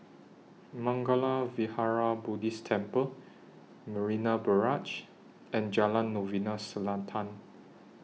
Mangala Vihara Buddhist Temple Marina Barrage and Jalan Novena Selatan